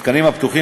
הפתוח,